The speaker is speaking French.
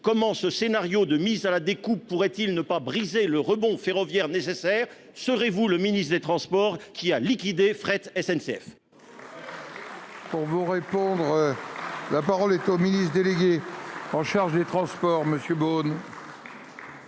comment ce scénario de mise à la découpe pourrait-il ne pas briser le rebond ferroviaires nécessaires, serez-vous le ministre des transports qui a liquidé fret SNCF. La parole est au ministre délégué en charge des Transports monsieur Beaune.